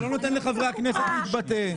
אתה לא נותן לחברי הכנסת להתבטא.